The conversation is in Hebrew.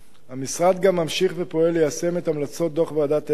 המשרד גם ממשיך ופועל ליישם את המלצות דוח ועדת-אקשטיין,